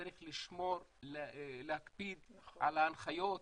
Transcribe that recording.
צריך להקפיד על ההנחיות,